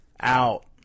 Out